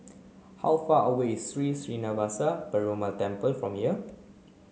how far away is Sri Srinivasa Perumal Temple from here